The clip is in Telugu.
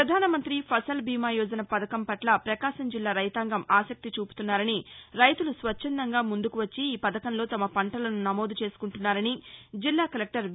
ప్రపధానమంతి ఫసల్ బీమా యోజన పధకం పట్ల ప్రకాశం జిల్లా రైతాంగం ఆసక్తి చూపుతున్నారని రైతులు స్వచ్చందంగా ముందుకు వచ్చి ఈ పథకంలో తమ పంటలను నమోదు చేసుకునంటున్నారని జిల్లా కలెక్టర్ వి